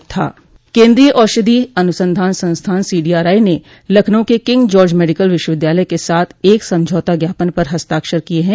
क द्रीय औषधि अनुसंधान संस्थान सीडीआरआई ने लखनऊ के किंग जॉर्ज मेडिकल विश्वविद्यालय के साथ एक समझौता ज्ञापन पर हस्ताक्षर किए हैं